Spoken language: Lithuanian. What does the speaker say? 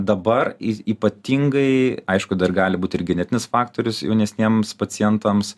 dabar ypatingai aišku dar gali būti ir genetinis faktorius jaunesniems pacientams